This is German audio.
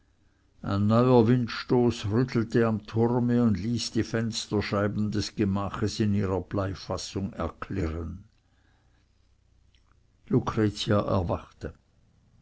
ein neuer windstoß rüttelte am turme und ließ die fensterscheiben des gemaches in ihrer bleifassung erklirren lucretia erwachte